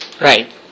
Right